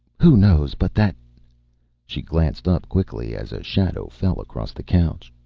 who knows but that she glanced up quickly as a shadow fell across the couch.